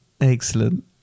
Excellent